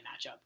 matchup